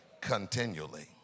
Continually